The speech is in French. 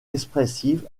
expressive